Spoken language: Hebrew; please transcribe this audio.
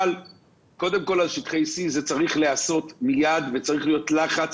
אבל קודם כל על שטחי C. זה צריך להיעשות מיד וצריך להיות לחץ